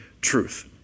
Truth